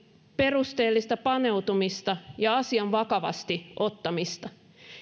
perusteellista paneutumista ja asian vakavasti ottamista